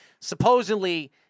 Supposedly